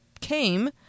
came